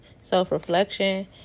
self-reflection